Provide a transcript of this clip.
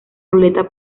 ruleta